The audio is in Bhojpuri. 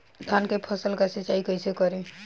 धान के फसल का सिंचाई कैसे करे?